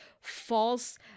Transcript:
false